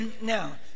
Now